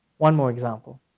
one more example.